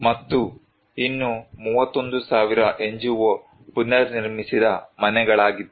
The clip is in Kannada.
ಮತ್ತು ಇನ್ನೂ 31000 NGO ಪುನರ್ನಿರ್ಮಿಸಿದ ಮನೆಗಳಾಗಿತ್ತು